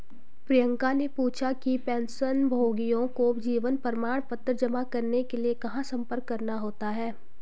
प्रियंका ने पूछा कि पेंशनभोगियों को जीवन प्रमाण पत्र जमा करने के लिए कहाँ संपर्क करना होता है?